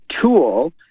tool